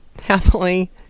happily